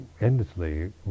endlessly